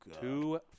Two